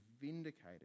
vindicated